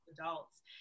adults